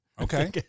Okay